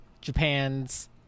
Japan's